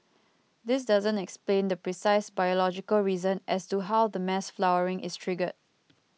this doesn't explain the precise biological reason as to how the mass flowering is triggered